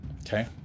okay